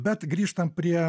bet grįžtant prie